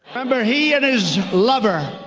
and he and his lover.